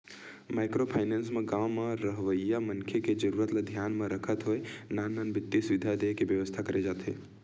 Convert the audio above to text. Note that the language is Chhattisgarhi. माइक्रो फाइनेंस म गाँव म रहवइया मनखे के जरुरत ल धियान म रखत होय नान नान बित्तीय सुबिधा देय के बेवस्था करे जाथे